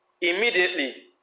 Immediately